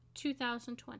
2020